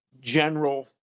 general